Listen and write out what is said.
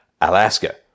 Alaska